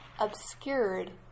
obscured